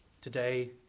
Today